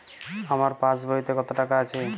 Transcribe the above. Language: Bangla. আমার পাসবইতে কত টাকা আছে?